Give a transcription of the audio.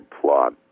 plot